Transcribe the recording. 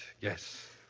Yes